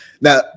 Now